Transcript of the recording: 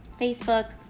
facebook